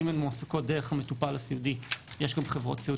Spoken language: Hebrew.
אם הן מועסקות דרך המטופל הסיעודי יש גם חברות סיעוד,